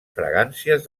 fragàncies